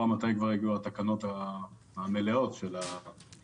מתי כבר יגיעו התקנות המלאות של החוק הזה?